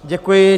Děkuji.